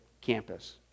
campus